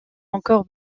encore